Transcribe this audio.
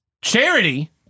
Charity